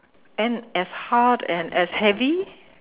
and as hard and as heavy